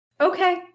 okay